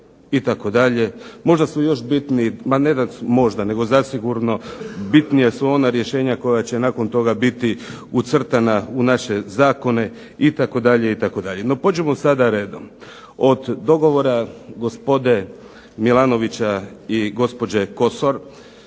Možda su još bitniji, ma ne da možda, nego zasigurno bitnija su ona rješenja koja će nakon toga biti ucrtana u naše zakone itd. itd. No pođimo sada redom. Od dogovora gospode Milanovića i gospođe Kosor